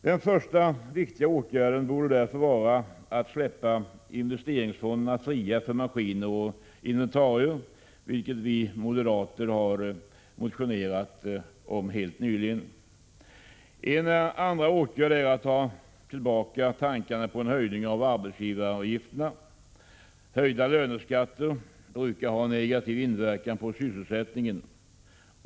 Den första viktiga åtgärden borde därför vara att släppa investeringsfonderna fria för maskiner och inventarier, vilket vi moderater har motionerat om helt nyligen. En andra åtgärd är att ta tillbaka tankarna på en höjning av arbetsgivaravgifterna. Höjda löneskatter brukar ha en negativ inverkan på sysselsättningen.